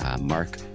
Mark